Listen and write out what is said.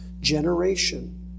generation